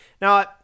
Now